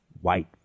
white